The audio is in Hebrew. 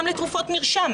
גם לתרופות מרשם.